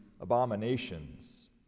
abominations